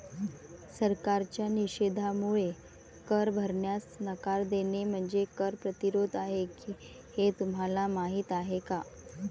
सरकारच्या निषेधामुळे कर भरण्यास नकार देणे म्हणजे कर प्रतिरोध आहे हे तुम्हाला माहीत आहे का